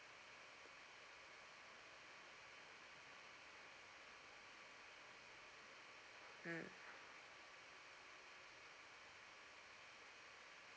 mm